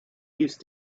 used